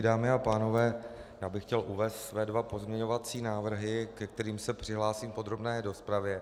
Dámy a pánové, chtěl bych uvést své dva pozměňovací návrhy, ke kterým se přihlásím v podrobné rozpravě.